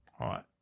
right